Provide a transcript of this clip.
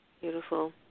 Beautiful